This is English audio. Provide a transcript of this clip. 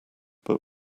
but